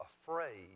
afraid